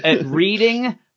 reading